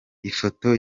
ifoto